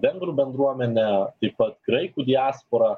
vengrų bendruomenė taip pat graikų diaspora